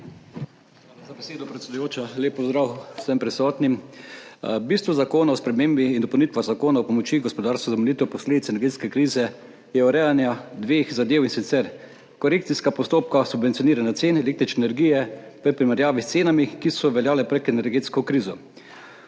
za besedo, predsedujoča. Lep pozdrav vsem prisotnim! Bistvo Zakona o spremembi in dopolnitvah Zakona o pomoči gospodarstvu za omilitev posledic energetske krize je urejanje dveh zadev, in sicer korekcijskih postopkov subvencioniranja cen električne energije v primerjavi s cenami, ki so veljale pred energetsko krizo.